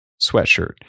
sweatshirt